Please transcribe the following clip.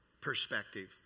perspective